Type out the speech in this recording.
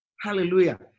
Hallelujah